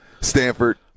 Stanford